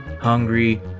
hungry